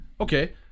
okay